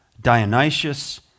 Dionysius